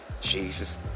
Jesus